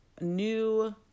new